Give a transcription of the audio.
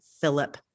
Philip